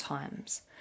times